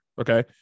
okay